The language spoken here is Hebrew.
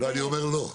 לא, אני אומר: לא.